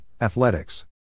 Athletics